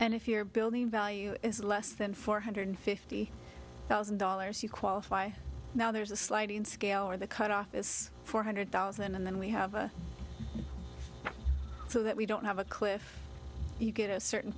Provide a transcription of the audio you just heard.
and if you're building value is less than four hundred fifty thousand dollars you qualify now there's a sliding scale where the cutoff is four hundred thousand and then we have a so that we don't have a cliff you get a certain